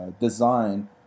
design